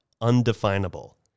undefinable